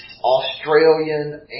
Australian